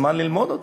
את הזמן ללמוד אותו.